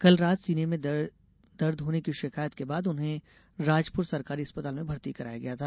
कल रात सीने में दर्ज होने की शिकायत के बाद उन्हें राजपुर सरकारी अस्पताल में भर्ती कराया गया था